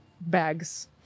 bags